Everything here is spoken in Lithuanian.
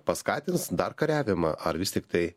paskatins dar kariavimą ar vis tiktai